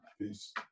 Peace